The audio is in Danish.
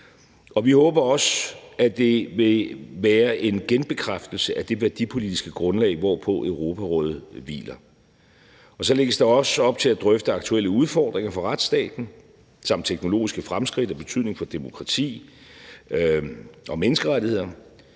vi håber også, at det vil være en genbekræftelse af det værdipolitiske grundlag, hvorpå Europarådet hviler. Så lægges der også op til at drøfte aktuelle udfordringer for retsstaten samt teknologiske fremskridt af betydning for demokrati og menneskerettigheder.